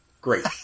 great